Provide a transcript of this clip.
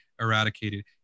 eradicated